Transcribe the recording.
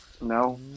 No